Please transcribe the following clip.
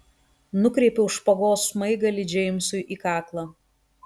nukreipiau špagos smaigalį džeimsui į kaklą